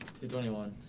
221